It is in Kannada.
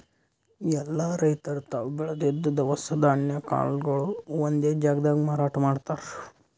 ಎಲ್ಲಾ ರೈತರ್ ತಾವ್ ಬೆಳದಿದ್ದ್ ದವಸ ಧಾನ್ಯ ಕಾಳ್ಗೊಳು ಒಂದೇ ಜಾಗ್ದಾಗ್ ಮಾರಾಟ್ ಮಾಡ್ತಾರ್